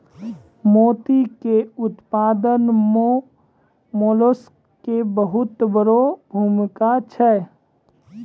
मोती के उपत्पादन मॅ मोलस्क के बहुत वड़ो भूमिका छै